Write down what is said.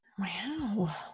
Wow